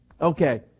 okay